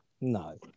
No